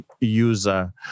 user